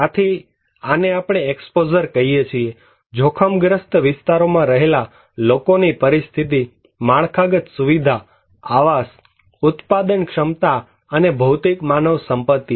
આથી આને આપણે એક્સપોઝર કહીએ છીએ જોખમ ગ્રસ્ત વિસ્તારોમાં રહેલા લોકોની પરિસ્થિતિ માળખાગત સુવિધા આવાસ ઉત્પાદન ક્ષમતા અને ભૌતિક માનવ સંપત્તિ